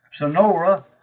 Sonora